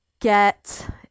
get